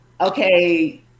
okay